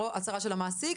הצהרה של המעסיק,